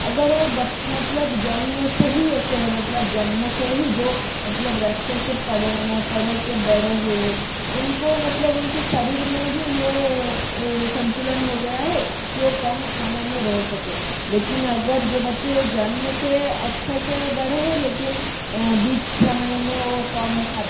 अगर वह बच्च मतलब जन्म से ही ऐसे है मतलब जन्मों से ही जो मतलब रस्ते से पड़े हैं मैं पड़े के बड़े हुए है उनको मतलब उनके शरीर में ही यह संतुलन हो गया है की वह कम खाना में रह सके लेकिन जो अगर जो बच्चे जन्म से अच्छे से बड़े हैं लेकिन बीच समय में वह कम खाते